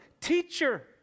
Teacher